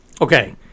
okay